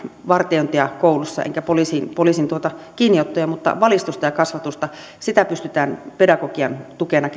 vartiointia koulussa enkä poliisin poliisin kiinniottoja vaan valistusta ja kasvatusta sitä pystytään pedagogian tukena